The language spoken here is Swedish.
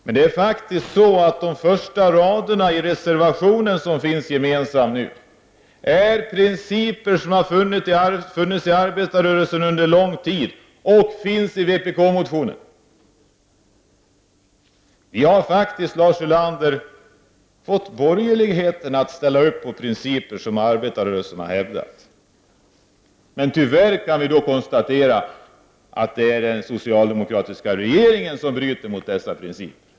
Men de första raderna i den gemensamma reservationen i detta betänkande innehåller principer som har funnits i arbetarrörelsen under lång tid och som också återfinns i vpk-motionen. Lars Ulander, vi har faktiskt fått borgerligheten att ställa upp på principer som arbetarrörelsen har hävdat. Tyvärr kan vi konstatera att det var den socialdemokratiska regeringen som bröt mot principerna.